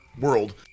world